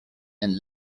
and